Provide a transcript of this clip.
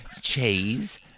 cheese